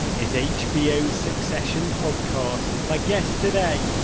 is hbo's succession podcast. my guest today.